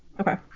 okay